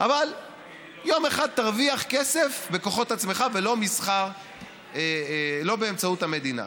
אבל יום אחד תרוויח כסף בכוחות עצמך ולא באמצעות המדינה.